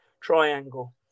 triangle